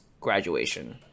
graduation